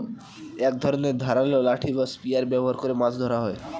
এক ধরনের ধারালো লাঠি বা স্পিয়ার ব্যবহার করে মাছ ধরা হয়